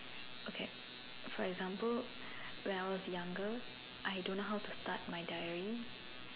okay for example when I was younger I don't know how to start my diary